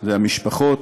זה המשפחות,